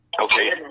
Okay